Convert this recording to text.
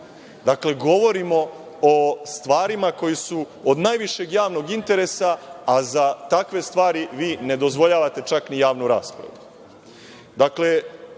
Dakle, govorimo o stvarima koje su od najvišeg javnog interesa, a za takve stvari vi ne dozvoljavate čak ni javnu raspravu.